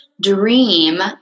dream